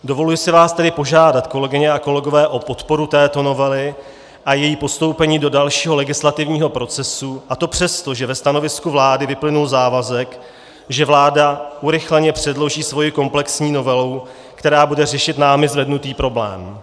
Dovoluji si vás tedy požádat, kolegyně a kolegové, o podporu této novely a její postoupení do dalšího legislativního procesu, a to přesto, že ve stanovisku vlády vyplynul závazek, že vláda urychleně předloží svoji komplexní novelu, která bude řešit námi zvednutý problém.